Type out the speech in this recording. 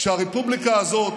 כשהרפובליקה הזאת,